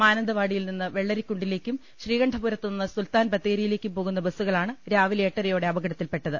മാനന്തവാടിയിൽ നിന്ന് വെള്ളരിക്കുണ്ടിലേക്കും ശ്രീകണ്ഠ പുരത്തുനിന്ന് സുൽത്താൻ ബത്തേരിയിലേക്കും പോകുന്ന ബസ്സു കളാണ് രാവിലെ എട്ടരയോടെ അപകടത്തിൽപ്പെട്ടത്